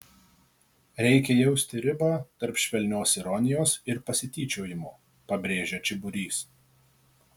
reikia jausti ribą tarp švelnios ironijos ir pasityčiojimo pabrėžia čiburys